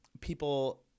people –